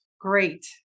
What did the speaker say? great